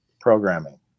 programming